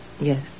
Yes